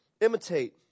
imitate